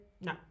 no